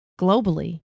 globally